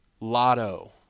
Lotto